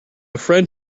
friend